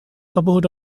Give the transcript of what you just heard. support